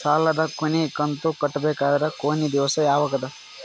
ಸಾಲದ ಕೊನಿ ಕಂತು ಕಟ್ಟಬೇಕಾದರ ಕೊನಿ ದಿವಸ ಯಾವಗದ?